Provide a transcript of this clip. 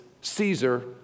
Caesar